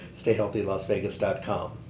stayhealthylasvegas.com